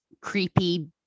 creepy